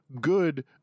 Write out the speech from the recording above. good